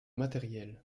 matériels